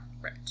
Right